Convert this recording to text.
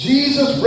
Jesus